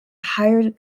hired